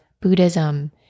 Buddhism